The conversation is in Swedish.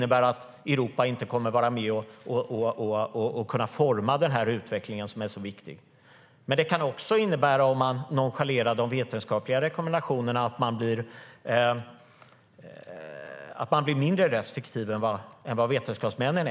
Europa kommer inte att vara med och forma den så viktiga utvecklingen. Men om man nonchalerar de vetenskapliga rekommendationerna kan det i den andra änden innebära att man blir mindre restriktiv än vetenskapsmännen.